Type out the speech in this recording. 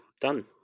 Done